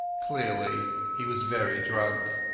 clearly he was very drunk.